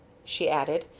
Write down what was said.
she added,